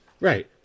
Right